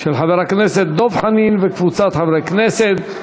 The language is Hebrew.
של חבר הכנסת דב חנין וקבוצת חברי הכנסת.